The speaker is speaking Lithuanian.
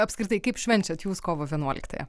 apskritai kaip švenčiat jūs kovo vienuoliktąją